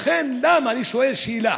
אני שואל שאלה: